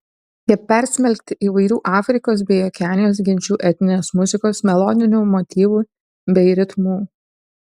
jie persmelkti įvairių afrikos bei okeanijos genčių etninės muzikos melodinių motyvų bei ritmų